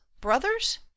brothers